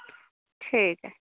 ठीक ऐ